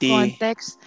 context